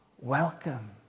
welcome